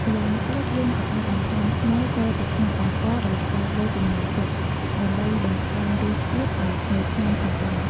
ម្យ៉ាងទៀត យើងក៏អាចបន្ថែមខ្នុរចូលទៅក្នុងអង្ករដោយផ្អែកលើចំណូលចិត្ត ដើម្បីបន្ថែមរសជាតិឱ្យឈ្ងុយឆ្ងាញ់ផងដែរ។